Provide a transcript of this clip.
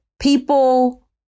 People